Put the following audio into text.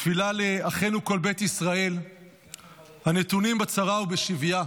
תפילה לאחינו כל בית ישראל הנתונים בצרה ובשביה,